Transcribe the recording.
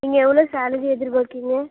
நீங்கள் எவ்வளோ சாலரி எதிர்பார்க்கிங்க